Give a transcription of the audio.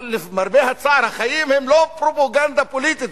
אבל למרבה הצער החיים אינם פרופגנדה פוליטית.